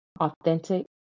authentic